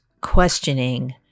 questioning